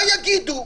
מה יגידו?